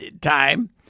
time